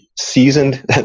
seasoned